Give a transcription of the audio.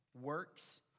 works